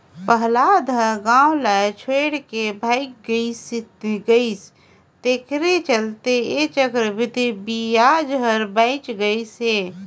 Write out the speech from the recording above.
पहलाद ह गाव ल छोएड के भाएग गइस तेखरे चलते ऐ चक्रबृद्धि बियाज हर बांएच गइस हे